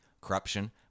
Corruption